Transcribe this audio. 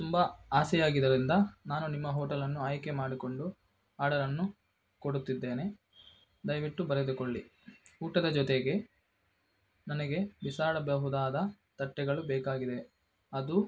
ತುಂಬ ಆಸೆ ಆಗಿದ್ದರಿಂದ ನಾನು ನಿಮ್ಮ ಹೋಟೆಲನ್ನು ಆಯ್ಕೆ ಮಾಡಿಕೊಂಡು ಆರ್ಡರನ್ನು ಕೊಡುತ್ತಿದ್ದೇನೆ ದಯವಿಟ್ಟು ಬರೆದುಕೊಳ್ಳಿ ಊಟದ ಜೊತೆಗೆ ನನಗೆ ಬಿಸಾಡಬಹುದಾದ ತಟ್ಟೆಗಳು ಬೇಕಾಗಿದೆ ಅದು